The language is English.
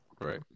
right